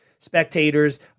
spectators